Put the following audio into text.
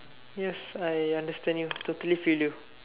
yes I understand you totally feel you